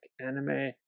anime